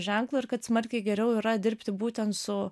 ženklu ir kad smarkiai geriau yra dirbti būtent su